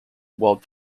while